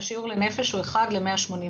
שהשיעור לנפש הוא 1 ל-189,000,